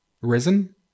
risen